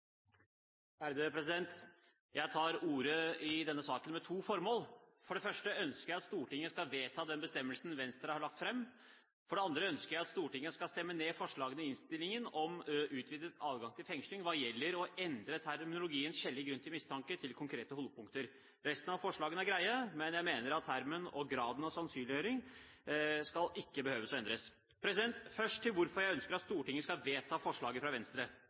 første ønsker jeg at Stortinget skal vedta den bestemmelsen Venstre har lagt fram. For det andre ønsker jeg at Stortinget skal stemme ned forslagene i innstillingen om utvidet adgang til fengsling hva gjelder å endre terminologien «skjellig grunn til å mistenke» til «konkrete holdepunkter for å anta». Resten av forslagene er greie, men jeg mener at terminologien og graden av sannsynliggjøring ikke behøver å endres. Først til hvorfor jeg ønsker at Stortinget skal vedta forslaget fra Venstre.